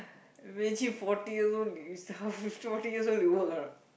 imagine forty years old you stuff forty years old you work or not